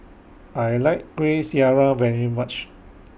I like Kueh Syara very much